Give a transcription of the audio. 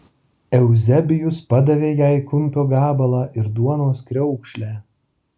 euzebijus padavė jai kumpio gabalą ir duonos kriaukšlę